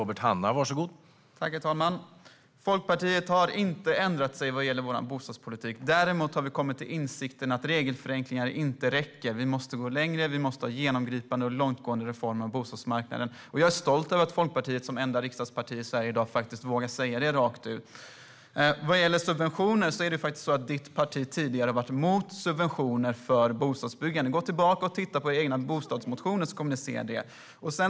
Herr talman! Vi i Folkpartiet har inte ändrat oss vad gäller vår bostadspolitik. Däremot har vi kommit till insikten att regelförenklingar inte räcker. Vi måste gå längre, och vi måste ha genomgripande och långtgående reformer på bostadsmarknaden. Jag är stolt över att Folkpartiet som enda riksdagsparti i Sverige i dag vågar säga det rakt ut. Vad gäller subventioner har ditt parti tidigare varit emot detta för bostadsbyggande. Gå tillbaka och titta på era egna bostadsmotioner så kommer ni att se det!